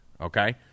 okay